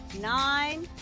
Nine